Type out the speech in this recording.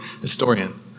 historian